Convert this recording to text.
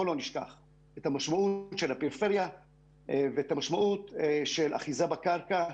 בואו לא נשכח את משמעות הפריפריה ואת משמעות האחיזה בקרקע.